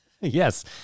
Yes